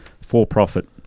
for-profit